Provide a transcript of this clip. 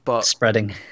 Spreading